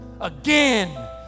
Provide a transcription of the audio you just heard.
again